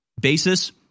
basis